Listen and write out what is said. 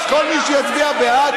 נצביע בעד.